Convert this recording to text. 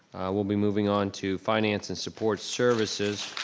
we'll be moving onto finance and support services.